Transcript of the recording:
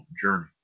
journey